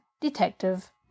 detective